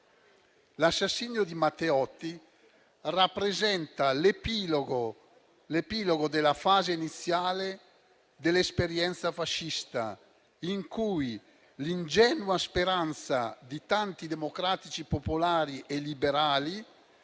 L'assassinio di Matteotti rappresenta l'epilogo della fase iniziale dell'esperienza fascista in cui l'ingenua speranza di tanti democratici popolari e liberali